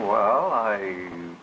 well i